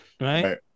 Right